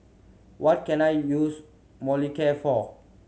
what can I use Molicare for